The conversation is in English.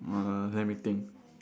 uh let me think